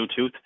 Bluetooth